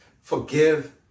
forgive